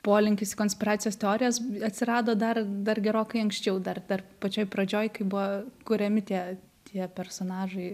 polinkis į konspiracijos teorijas atsirado dar dar gerokai anksčiau dar dar pačioj pradžioj kai buvo kuriami tie tie personažai